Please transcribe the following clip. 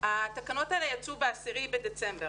התקנות האלה יצאו ב-10 בדצמבר,